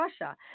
Russia